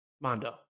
Mondo